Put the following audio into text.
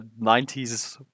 90s